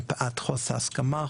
מפאת חוסר הסכמה,